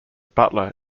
butler